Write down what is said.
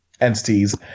entities